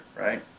right